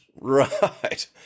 Right